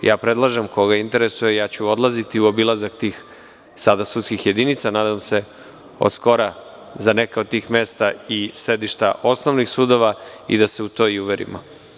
Predlažem, koga interesuje, odlaziću u obilazak tih sada sudskih jedinica, nadam se od skora za neka od tih mesta i sedišta osnovnih sudova, i da se u to i uverimo.